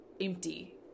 empty